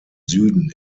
süden